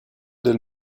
del